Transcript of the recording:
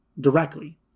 directly